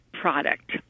product